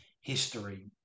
history